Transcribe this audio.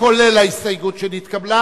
7 נתקבלה.